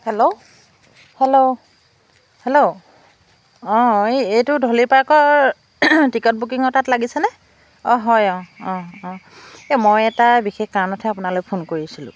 hello hello hello অঁ এই এইটো ধলি পাৰ্কৰ টিকট বুকিঙৰ তাত লাগিছেনে অঁ হয় অঁ অঁ অঁ এই মই এটা বিশেষ কাৰণতহে আপোনালৈ ফোন কৰিছিলোঁ